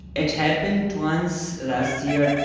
it happened once last year.